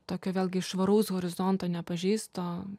tokio vėlgi švaraus horizonto nepažeisto